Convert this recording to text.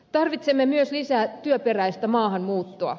tarvitsemme myös lisää työperäistä maahanmuuttoa